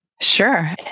Sure